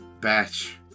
batch